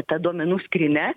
ta duomenų skrynia